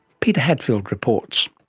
peter hadfield reports.